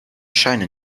scheine